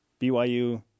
BYU –